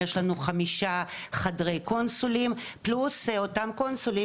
יש לנו כחמישה חדרי קונסולים פלוס אותם קונסולים